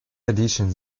addition